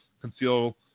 conceal